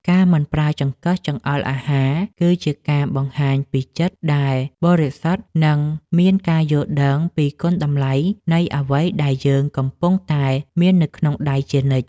ការមិនប្រើចង្កឹះចង្អុលអាហារគឺជាការបង្ហាញពីចិត្តដែលបរិសុទ្ធនិងមានការយល់ដឹងពីគុណតម្លៃនៃអ្វីដែលយើងកំពុងតែមាននៅក្នុងដៃជានិច្ច។